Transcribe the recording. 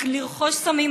לרכוש סמים,